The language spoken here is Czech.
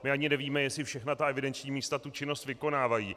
My ani nevíme, jestli všechna ta evidenční místa tu činnost vykonávají.